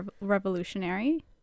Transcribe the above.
revolutionary